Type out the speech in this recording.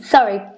Sorry